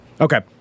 Okay